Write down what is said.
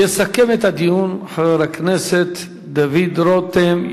יסכם את הדיון חבר הכנסת דוד רותם,